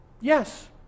yes